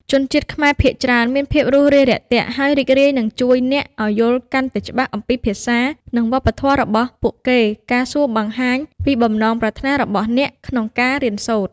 ជនជាតិខ្មែរភាគច្រើនមានភាពរួសរាយរាក់ទាក់ ហើយរីករាយនឹងជួយអ្នកឱ្យយល់កាន់តែច្បាស់អំពីភាសា និងវប្បធម៌របស់ពួកគេ ការសួរបង្ហាញពីបំណងប្រាថ្នារបស់អ្នកក្នុងការរៀនសូត្រ។